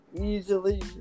easily